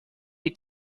die